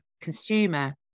consumer